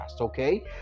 okay